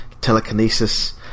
telekinesis